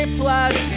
plus